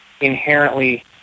inherently